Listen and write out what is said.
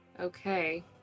okay